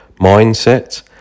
mindset